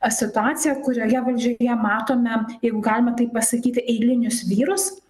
situaciją kurioje valdžioje matome jeigu galima taip pasakyti eilinius vyrus